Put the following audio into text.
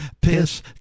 piss